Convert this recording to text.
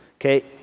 okay